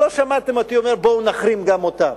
לא שמעתם אותי אומר: בואו נחרים גם אותה.